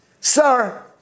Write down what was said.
Sir